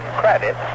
credit